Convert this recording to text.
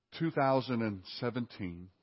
2017